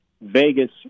Vegas